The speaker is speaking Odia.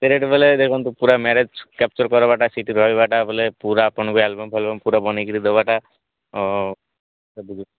ଏତେ ରେ ବେଲେ ଦେଖନ୍ତୁ ପୁରା ମ୍ୟାରେଜ କ୍ୟାପଚର କରିବାଟା ସେଇଠି ରହିବାଟା ବୋଲେ ପୁରା ଆପଣକୁ ଆଲବମ ଫାଲବମ ପୁରା ବନେଇକିରି ଦେବାଟା ସବୁକିଛି